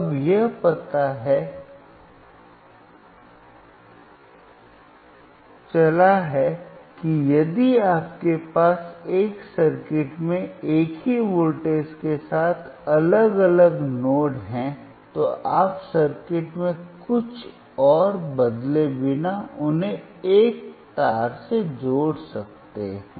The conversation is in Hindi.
अब यह पता चला है कि यदि आपके पास एक सर्किट में एक ही वोल्टेज के साथ अलग अलग नोड हैं तो आप सर्किट में कुछ और बदले बिना उन्हें एक तार से जोड़ सकते हैं